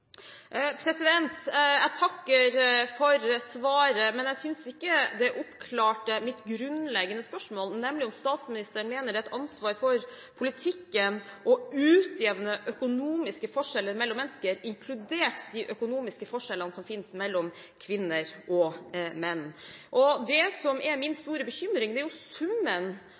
Jeg takker for svaret, men jeg synes ikke det oppklarte mitt grunnleggende spørsmål, nemlig om statsministeren mener det er et ansvar for politikken å utjevne økonomiske forskjeller mellom mennesker, inkludert de økonomiske forskjellene som finnes mellom kvinner og menn. Det som er min store bekymring, er summen